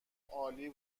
عالی